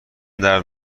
درد